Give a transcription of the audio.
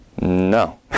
No